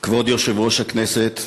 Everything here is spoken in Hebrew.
כבוד יושב-ראש הכנסת,